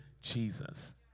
Jesus